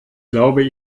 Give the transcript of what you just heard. glaube